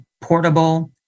portable